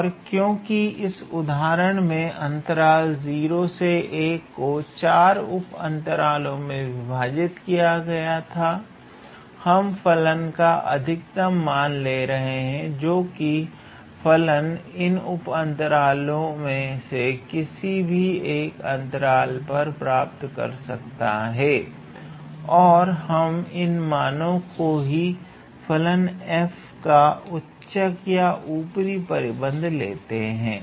और क्योंकि इस उदाहरण में अंतराल 01 को 4 उप अंतराल में विभाजित किया गया था हम फलन का अधिकतम मान ले रहे हैं जो कि फलन इन उप अंतराल में से किसी भी एक अंतराल पर प्राप्त कर सकता है और हम इस मान को ही फलन 𝑓 का उच्चक अथवा ऊपरी परिबद्ध लेते हैं